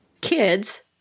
kids